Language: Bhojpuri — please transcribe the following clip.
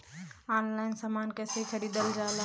ऑनलाइन समान कैसे खरीदल जाला?